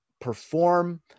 perform